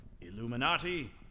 Illuminati